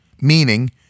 meaning